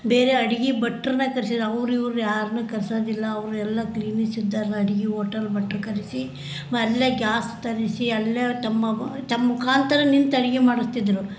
ಬೇರೆ ಅಡಿಗೆ ಭಟ್ರನ್ನ ಕರ್ಸಿದ್ರು ಅವ್ರು ಇವ್ರು ಯಾರ್ನೂ ಕರ್ಸೋದಿಲ್ಲ ಅವರೆಲ್ಲ ಕ್ಲೀನಿಸ್ ಇದ್ದವರಾಗಿ ಓಟಲ್ ಭಟ್ರು ಕರೆಸಿ ಅಲ್ಲೇ ಗ್ಯಾಸ್ ತರಿಸಿ ಅಲ್ಲೇ ತಮ್ಮ ತಮ್ಮ ಮುಖಾಂತರ ನಿಂತು ಅಡಿಗೆ ಮಾಡಿಸ್ತಿದ್ರು